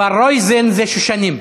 אבל רויזן זה שושנים.